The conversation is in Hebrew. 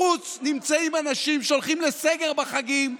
בחוץ נמצאים אנשים שהולכים לסגר בחגים,